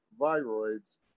viroids